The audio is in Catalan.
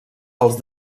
els